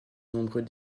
nombreux